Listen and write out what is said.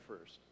first